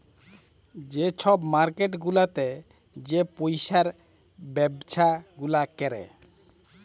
যে ছব মার্কেট গুলাতে যে পইসার ব্যবছা গুলা ক্যরে